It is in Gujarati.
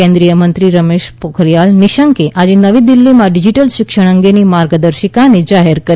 કેન્દ્રીયમંત્રી રમેશ પોખરીયલ નિશંકે આજે નવી દિલ્ફીમાં ડિજિટલ શિક્ષણ અંગેની માર્ગદર્શિકાને જાહેર કરી